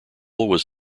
was